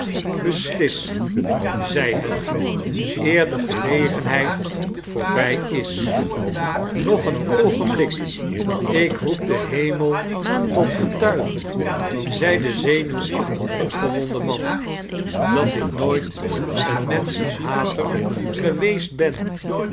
beslis zei het eer de gelegenheid voorbij is nog een oogenblik ik roep den hemel tot getuige zei de zenuwachtig opgewonden man dat ik nooit een menschenhater geweest ben